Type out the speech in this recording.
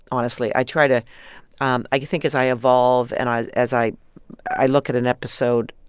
honestly. i try to um i think as i evolve and as as i i look at an episode